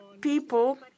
people